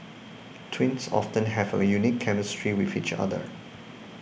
twins often have a unique chemistry with each other